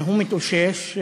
הוא מתאושש.